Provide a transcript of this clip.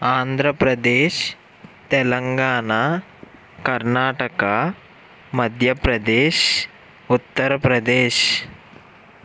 Andhra Pradesh Telangana Karnataka Madhya Pradesh Uttar Pradesh